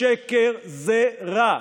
שקר זה רע.